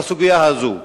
בסוגיה הזאת,